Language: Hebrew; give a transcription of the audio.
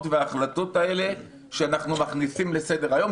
ובהחלטות האלה שאנחנו מכניסים לסדר היום.